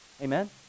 Amen